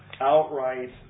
outright